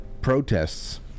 protests